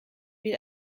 wie